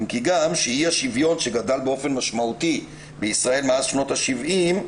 שאי השוויון גדל באופן משמעותי בישראל מאז שנות השבעים,